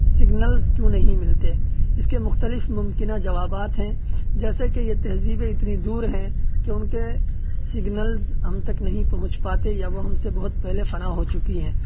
signals کیوں نہیں ملتے اس کے مختلف ممکنہ جوابات ہیں جیسے کہ یہ تہذیبیں اتنی دور ہیں کہ ان کے سگنلز ہم تک نہیں پہنچ پاتے یا وہ ہم سے بہت پہلے فنا ہو چکی ہیں